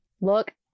Look